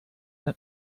done